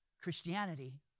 Christianity